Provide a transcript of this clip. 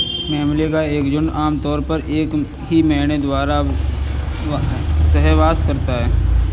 मेमने का एक झुंड आम तौर पर एक ही मेढ़े द्वारा सहवास करता है